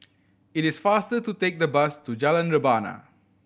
it is faster to take the bus to Jalan Rebana